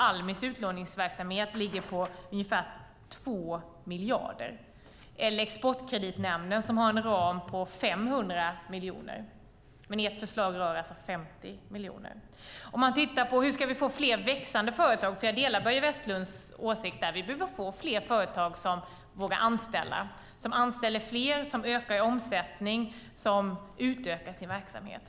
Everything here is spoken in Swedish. Almis utlåningsverksamhet ligger på ungefär 2 miljarder. Exportkreditnämnden har en ram på 500 miljoner. Ert förslag rör 50 miljoner. Låt oss titta på frågan hur fler växande företag ska skapas. Jag delar Börje Vestlunds åsikt. Vi behöver fler företag som vågar anställa fler, öka i omsättning och utöka sin verksamhet.